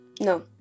No